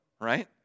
right